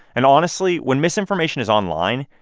and honestly, when misinformation is online,